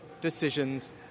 decisions